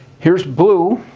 here's blue.